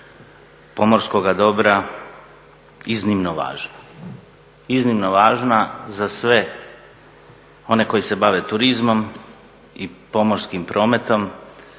pomorskoga dobra iznimno važna, iznimno važna za sve one koji se bave turizmom i pomorskim prometom,